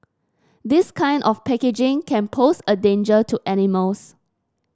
this kind of packaging can pose a danger to animals